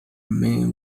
man